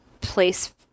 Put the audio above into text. place